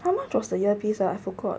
how much was the earpiece ah I forgot